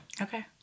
Okay